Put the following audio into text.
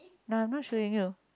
no not showing you